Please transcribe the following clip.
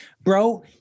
bro